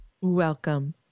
Welcome